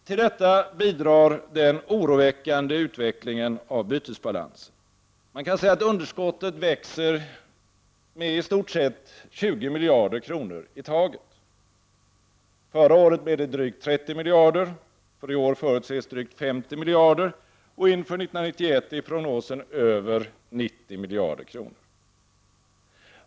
Till detta bidrar den oroväckande utvecklingen av bytesbalansen. Man kan säga att underskottet växer med ett par tiotal miljarder kronor i taget. Förra året blev det drygt 30 miljarder, för i år förutses drygt 50 miljarder och inför 1991 är prognosen över 90 miljarder kronor.